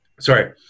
sorry